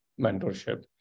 mentorship